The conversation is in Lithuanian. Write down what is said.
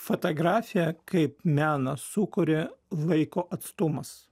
fotografiją kaip meną sukuria laiko atstumas